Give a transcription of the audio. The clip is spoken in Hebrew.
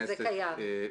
זה קיים.